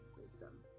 wisdom